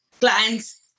clients